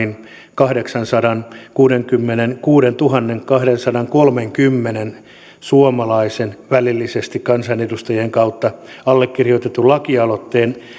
kahdeksansadankuudenkymmenenkuudentuhannenkahdensadankolmenkymmenen suomalaisen välillisesti kansanedustajien kautta allekirjoittaman lakialoitteen